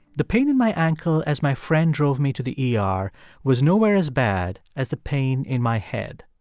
the pain in my ankle as my friend drove me to the yeah ah er was nowhere as bad as the pain in my head.